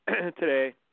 today